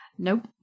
Nope